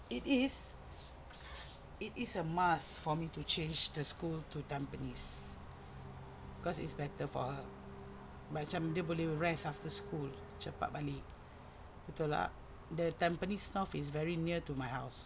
it is it is a must for me to change the school to Tampines cause it's better for her macam dia boleh rest after school cepat balik betul tak the Tampines north is very near to my house